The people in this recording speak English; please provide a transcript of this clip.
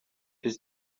his